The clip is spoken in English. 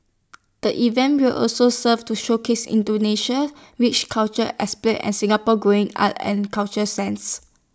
the event will also serve to showcase Indonesia's rich cultural and Singapore's growing arts and culture sense